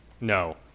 No